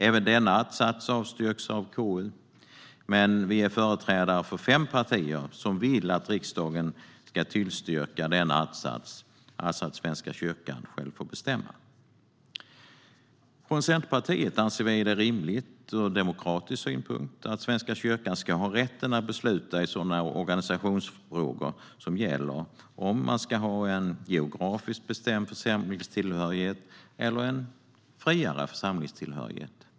Även denna att-sats avstyrks av KU, men vi är företrädare för fem partier som vill att riksdagen ska tillstyrka denna att-sats om att Svenska kyrkan själv ska få bestämma. Från Centerpartiet anser vi det rimligt ur demokratisk synpunkt att Svenska kyrkan ska ha rätten att besluta i sådana organisationsfrågor som gäller om man ska ha en geografiskt bestämd församlingstillhörighet eller en friare församlingstillhörighet.